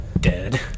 dead